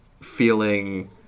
feeling